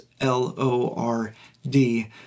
L-O-R-D